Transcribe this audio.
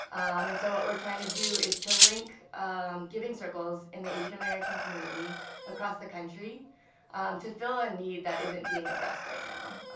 and so what we're trying to do is to link giving circles in the asian american community across the country to fill a need that isn't being addressed right now.